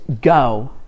go